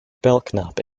belknap